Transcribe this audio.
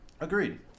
Agreed